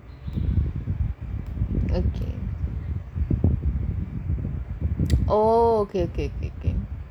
oh okay okay